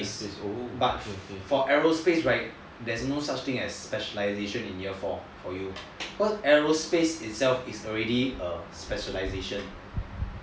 but for aerospace right there's no such thing as specialisation in year four cause aerospace itself is already a specialisation